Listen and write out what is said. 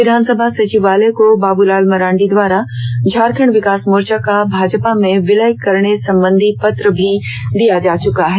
विधानसभा सचिवालय को बाबूलाल मरांडी द्वारा झारखंड विकास मोर्चा का भाजपा में विलय करने संबंधी पत्र भी दिया जा चुका है